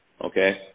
Okay